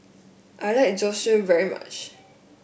I like Zosui very much